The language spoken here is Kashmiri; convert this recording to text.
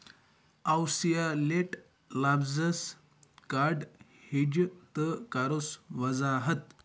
اَوسِیا لِٹ لفظَس کَڑ ہیٚجہِ تہٕ کَرُس وضاحت